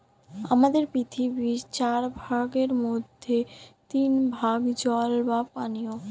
আমাদের পৃথিবীর চার ভাগের মধ্যে তিন ভাগ জল বা পানি